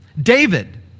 David